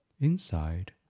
Inside